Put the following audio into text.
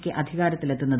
K അധികാരത്തിലെത്തുന്നത്